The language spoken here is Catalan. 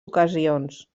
ocasions